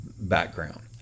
background